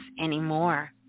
anymore